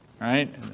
right